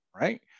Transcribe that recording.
right